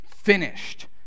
Finished